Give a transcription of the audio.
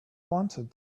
wanted